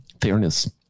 fairness